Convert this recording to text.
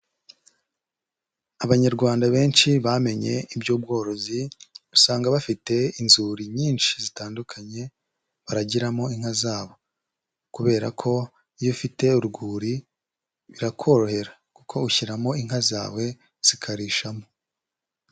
Abanyarwanda benshi bamenye iby'ubworozi, usanga bafite inzuri nyinshi zitandukanye baragiramo inka zabo kubera ko iyo ufite urwuri birakorohera kuko ushyiramo inka zawe zikarishamo.